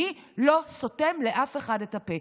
אני לא סותם לאף אחד את הפה.